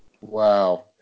Wow